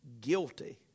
Guilty